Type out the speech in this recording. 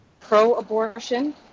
pro-abortion